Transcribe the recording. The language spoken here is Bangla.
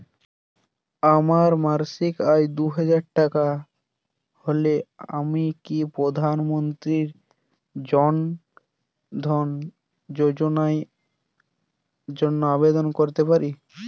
আমার মাসিক আয় দুহাজার টাকা হলে আমি কি প্রধান মন্ত্রী জন ধন যোজনার জন্য আবেদন করতে পারি?